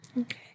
Okay